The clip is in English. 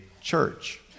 church